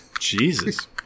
Jesus